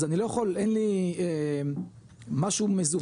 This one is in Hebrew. אז אני לא יכול אין לי משהו מזוהה.